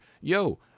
yo